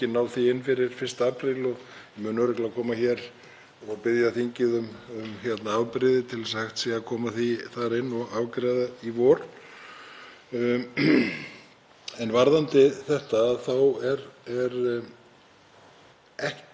En það er sem sagt einungis verið að flytja tekjur og gjöld í samræmi við gildandi gjaldskrá þannig að flutningurinn sem slíkur hefur ekki áhrif á gjaldskrána.